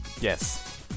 Yes